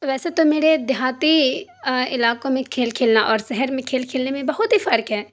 ویسے تو میرے دیہاتی علاقوں میں کھیل کھیلنا اور شہر میں کھیل کھیلنے میں بہت ہی فرق ہے